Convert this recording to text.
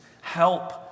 help